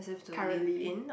currently